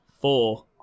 four